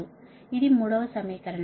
0y23 y12 y34 ఇది 3వ సమీకరణం